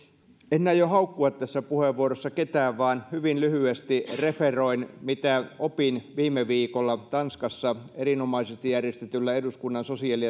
en aio haukkua tässä puheenvuorossa ketään vaan hyvin lyhyesti referoin mitä opin viime viikolla tanskassa erinomaisesti järjestetyllä eduskunnan sosiaali